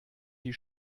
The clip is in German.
die